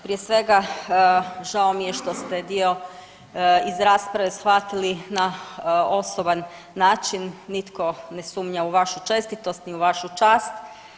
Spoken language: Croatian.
Prije svega, žao mi je što ste dio iz rasprave shvatili na osoban način, nitko ne sumnja u vašu čestitost ni u vašu čast.